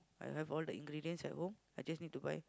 I have all the ingredients at home I just need to buy